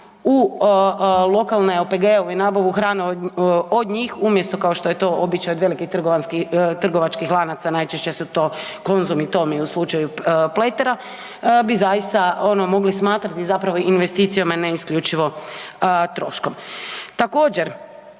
u lokalne OPG-ove i nabavu hrane od njih umjesto kao što je to običaj od velikih trgovačkih lanaca, najčešće su to Konzum i Tomy u slučaju Pletera, bi zaista ono mogli smatrati zapravo investicijom, a ne isključivo troškom.